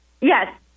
Yes